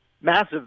massive